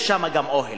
יש שמה גם אוהל,